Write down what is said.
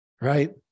right